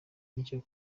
nicyo